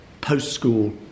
post-school